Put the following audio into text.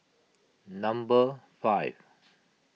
number five